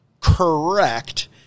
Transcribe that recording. correct